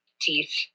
teeth